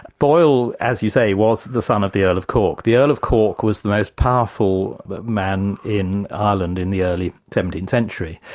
boyle, as you say, was the son of the earl of cork. the earl of cork was the most powerful man in ireland in the early seventeenth century.